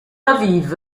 aviv